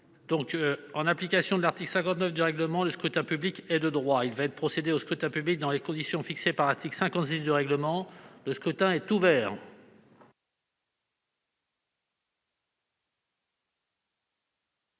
En application de l'article 59 du règlement, le scrutin public ordinaire est de droit. Il va y être procédé dans les conditions fixées par l'article 56 du règlement. Le scrutin est ouvert.